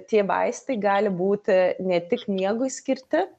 tie vaistai gali būti ne tik miegui skirti